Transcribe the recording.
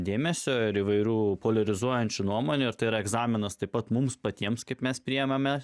dėmesio ir įvairių poliarizuojančių nuomonių ar tai yra egzaminas taip pat mums patiems kaip mes priimame